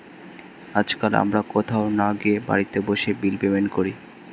আজকাল আমরা কোথাও না গিয়ে বাড়িতে বসে বিল পেমেন্ট করি